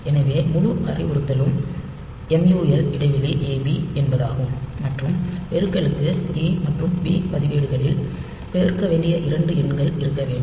எனவே முழு அறிவுறுத்தலும் MUL இடைவெளி AB என்பதாகும் மற்றும் பெருக்கலுக்கு A மற்றும் B பதிவேடுகளில் பெருக்க வேண்டிய இரண்டு எண்கள் இருக்க வேண்டும்